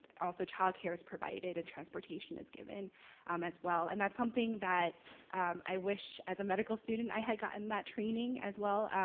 also child care is provided and transportation is given um as well, and that's something that i wish as a medical student i had gotten that training as well,